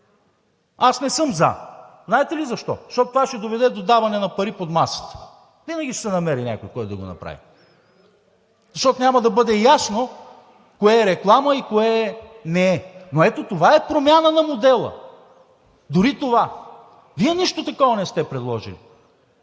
Аз не съм за. Знаете ли защо? Защото това ще доведе до даване на пари под масата. Винаги ще се намери някой, който да го направи, защото няма да бъде ясно кое е реклама и кое не е. Но, ето това е промяна на модела – дори това. Вие нищо такова не сте предложили.